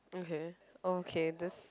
okay okay this